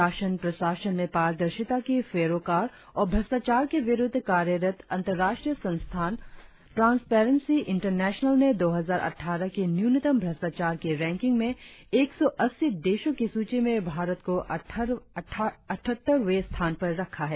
शासन प्रशासन में पारदर्शिता की पैरोकार और भ्रष्टाचार के विरुद्ध कार्यरत अंतर्राष्ट्रीय संस्था ट्रांसपेरेंसी इंटरनेशनल ने दो हजार अट्ठारह की न्यूनतम भ्रष्टाचार की रैंकिंग में एक सौ अस्सी देशों की सूची में भारत को अठहत्तरवें स्थान पर रखा है